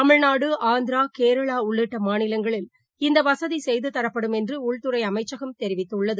தமிழ்நாடு ஆந்திரா கேரளா உள்ளிட்டமாநிலங்களில் இந்தவசதிசெய்துதரப்படும் என்றுஉள்துறைஅமைச்சகம் தெரிவித்துள்ளது